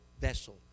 vessel